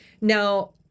now